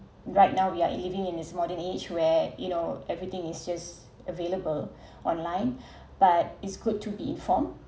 right now we are living in his modern age where you know everything is just available online but it's good to be informed